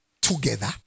together